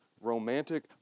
romantic